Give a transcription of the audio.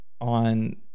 on